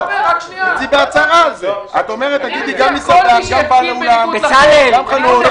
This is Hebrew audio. את אומרת גם מסעדה, גם בעלי אולם, גם חנות?